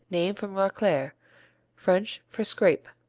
named from racler, french for scrape.